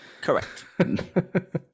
Correct